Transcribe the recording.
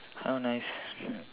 how nice